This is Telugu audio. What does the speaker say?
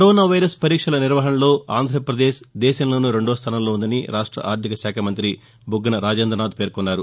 కరోనా వైరస్ పరీక్షల నిర్వహణలో ఆంధ్రాపదేశ్ దేశంలోనే రెండో స్థానంలో ఉందని రాష్ట ఆర్థిక శాఖ మంత్రి బుగ్గన రాజేంద్రనాథ్ పేర్కొన్నారు